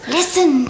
Listen